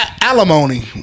Alimony